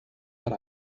but